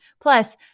Plus